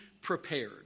prepared